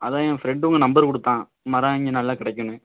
அதுதான் என் ஃப்ரெண்டு உங்கள் நம்பரு கொடுத்தான் மரம் இங்கே நல்லா கிடைக்குன்னு